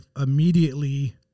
immediately